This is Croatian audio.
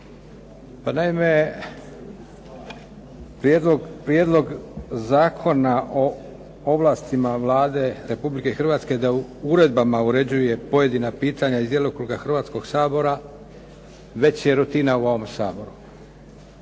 Pa naime Prijedlog Zakona o ovlastima Vlade Republike Hrvatske da uredbama uređuje pojedina pitanja iz djelokruga hrvatskog Sabora već je rutina u ovom Saboru